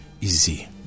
easy